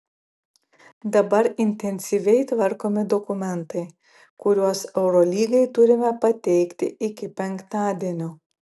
dabar intensyviai tvarkomi dokumentai kuriuos eurolygai turime pateikti iki penktadienio